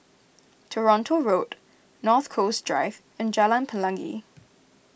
Toronto Road North Coast Drive and Jalan Pelangi